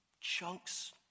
chunks